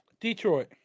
Detroit